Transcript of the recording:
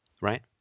Right